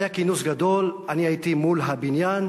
היה כינוס גדול, והייתי מול הבניין,